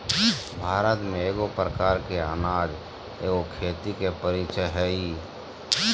भारत में एगो प्रकार के अनाज एगो खेती के परीचय हइ